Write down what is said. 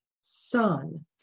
son